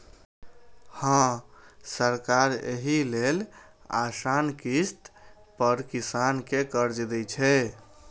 हां, सरकार एहि लेल आसान किस्त पर किसान कें कर्ज दै छै